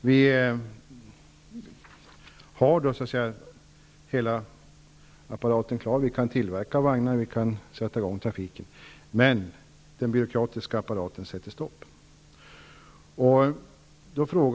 Vi har så att säga hela apparaten klar -- vi kan tillverka vagnar, vi kan sätta i gång trafiken -- men den byråkratiska apparaten sätter stopp.